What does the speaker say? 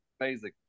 amazing